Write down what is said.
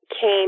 came